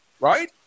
right